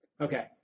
Okay